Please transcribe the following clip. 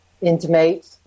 intimate